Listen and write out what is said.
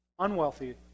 unwealthy